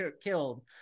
killed